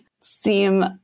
seem